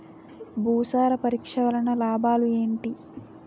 భూసార పరీక్ష వలన లాభాలు ఏంటి?